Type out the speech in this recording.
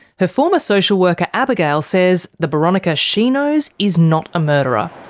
her former social worker abigail says the boronika she knows is not a murderer.